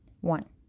One